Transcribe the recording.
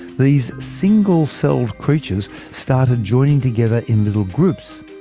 these single-celled creatures started joining together in little groups,